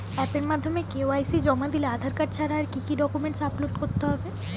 অ্যাপের মাধ্যমে কে.ওয়াই.সি জমা দিলে আধার কার্ড ছাড়া আর কি কি ডকুমেন্টস আপলোড করতে হবে?